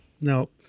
no